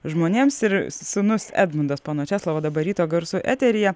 žmonėms ir sūnus edmundas pono česlovo dabar ryto garsų eteryje